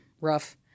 rough